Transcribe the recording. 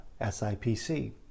SIPC